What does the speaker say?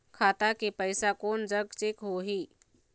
खाता के पैसा कोन जग चेक होही?